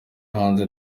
hanze